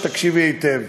אני רוצה שתקשיבי היטב.